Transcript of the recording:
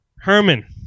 Herman